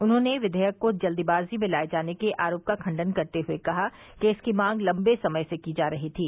उन्होंने विधेयक को जल्दबाजी में लाये जाने के आरोप का खंडन करते हुए कहा कि इसकी मांग लम्बे समय से की जा रही थी